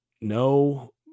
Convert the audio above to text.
no